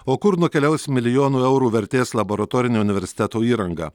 o kur nukeliaus milijonų eurų vertės laboratorinio universiteto įranga